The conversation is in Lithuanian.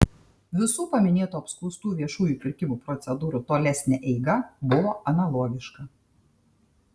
visų paminėtų apskųstų viešųjų pirkimų procedūrų tolesnė eiga buvo analogiška